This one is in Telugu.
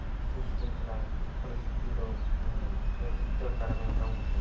సృష్టించడానికి ప్రసిద్దిలో ఉంటుంది ప్రసిద్దకారిణిగా ఉంటుంది